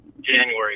January